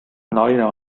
naine